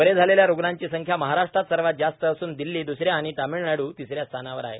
बरे झालेल्या रुग्णांची संख्या महाराष्ट्रात सर्वात जास्त असून दिल्ली द्सऱ्या आणि तामिळनाडू तिसऱ्या स्थानावर आहे